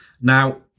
Now